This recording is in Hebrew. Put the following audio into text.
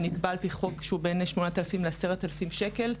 ונקבע על-פי חוק שהוא בין 8,000 שקל ל-10,000 שקל.